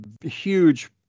huge